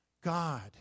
God